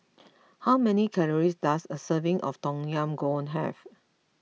how many calories does a serving of Tom Yam Goong have